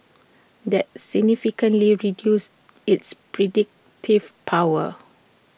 that significantly reduces its predictive power